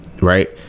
right